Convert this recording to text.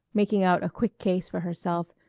making out a quick case for herself.